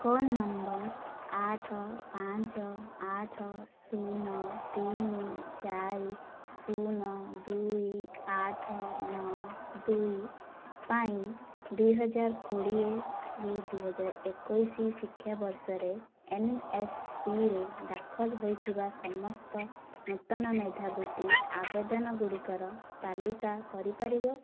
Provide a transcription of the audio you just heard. phone number ଆଠ ପାଞ୍ଚ ଆଠ ଶୂନ ତିନି ଚାରି ଶୂନ ଦୁଇ ଆଠ ନଅ ଦୁଇ ପାଇଁ ଦୁଇହଜାର କୋଡ଼ିଏ ଦୁଇହଜାର ଏକୋଇଶି ଶିକ୍ଷାବର୍ଷରେ ଏନ୍ଏସ୍ପିରେ ଦାଖଲ ହୋଇଥିବା ସମସ୍ତ ନୂତନ ମେଧାବୃତ୍ତି ଆବେଦନ ଗୁଡ଼ିକର ତାଲିକା କରି ପାରିବ